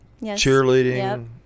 cheerleading